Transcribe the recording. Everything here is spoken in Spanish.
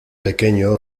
pequeño